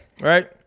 Right